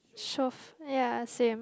shove ya same